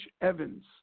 Evans